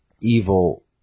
evil